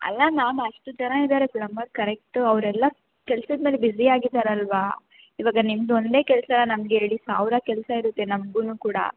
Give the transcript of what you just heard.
ಅಲ್ಲ ಮ್ಯಾಮ್ ಅಷ್ಟು ಜನ ಇದ್ದಾರೆ ಪ್ಲಂಬರ್ ಕರೆಕ್ಟು ಅವರೆಲ್ಲ ಕೆಲ್ಸದ ಮೇಲೆ ಬಿಜಿ ಆಗಿ ಇದ್ದಾರೆ ಅಲ್ವಾ ಇವಾಗ ನಿಮ್ಮದೊಂದೇ ಕೆಲಸನ ನಮ್ಗೆ ಹೇಳಿ ಸಾವಿರ ಕೆಲಸ ಇರುತ್ತೆ ನಮಗುನು ಕೂಡ